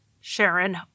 Sharon